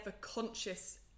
conscious